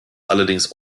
allerdings